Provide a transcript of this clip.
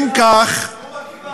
הנה, בבקשה, תראו מה קיבלתם.